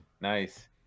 nice